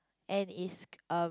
and is um